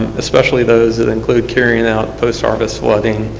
especially those that include carrying out postharvest flooding,